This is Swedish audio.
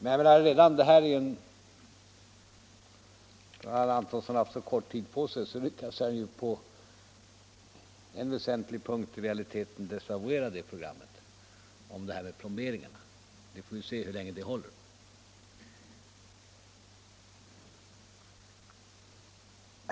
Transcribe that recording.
Fast herr Antonsson hade så kort tid på sig lyckades han på en väsentlig punkt desavouera programmet om plomberingarna. Vi får se hur länge det håller.